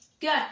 Good